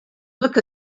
look